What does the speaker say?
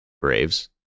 Braves